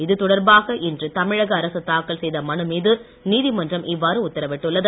இது தொடர்பாக இன்ற தமிழக அரசு தாக்கல் செய்த மனு மீது நீதிமன்றம் இவ்வாறு உத்தரவிட்டுள்ளது